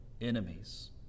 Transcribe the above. enemies